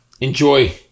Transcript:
enjoy